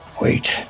wait